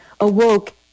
Awoke